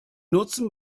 nutzen